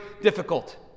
difficult